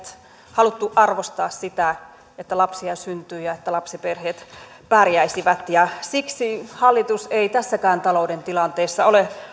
haluttu arvostaa sitä että lapsia syntyy ja että lapsiperheet pärjäisivät siksi hallitus ei tässäkään talouden tilanteessa ole